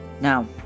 now